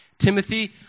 Timothy